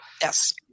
yes